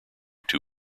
too